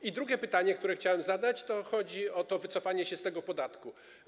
I drugie pytanie, które chciałem zadać - chodzi o wycofanie się z tego podatku.